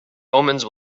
omens